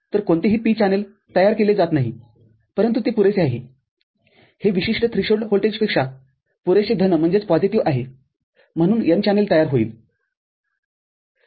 तर कोणतेही p channel तयार केले जात नाहीपरंतु ते पुरेसे आहे हे विशिष्ट थ्रीशोल्ड व्होल्टेजपेक्षा पुरेसे धनआहेम्हणून n चॅनेल तयार होईल